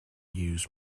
use